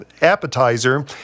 appetizer